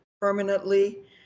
permanently